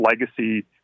legacy